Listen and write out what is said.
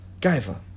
Gaiva